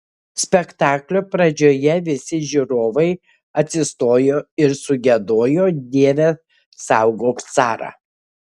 spektaklio pradžioje visi žiūrovai atsistojo ir sugiedojo dieve saugok carą